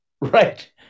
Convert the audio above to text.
Right